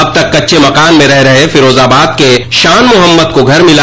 अब तक कच्चे मकान में रह रहे फिरोजाबाद के शान मोहम्मद को घर मिला